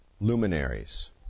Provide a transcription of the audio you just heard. luminaries